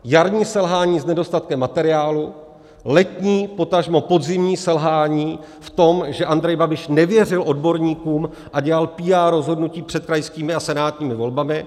Jarní selhání s nedostatkem materiálu, letní potažmo podzimní selhání v tom, že Andrej Babiš nevěřil odborníkům a dělal PR rozhodnutí před krajskými a senátními volbami.